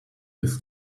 this